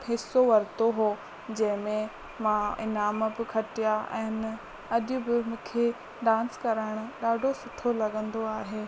हिस्सो वरितो हो जंहिंमें मां इनाम बि खटिया आहिनि अॼु बि मूंखे डांस करण ॾाढो सुठो लॻंदो आहे